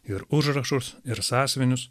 ir užrašus ir sąsiuvinius